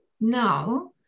now